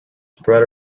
spread